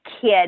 kid